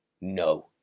No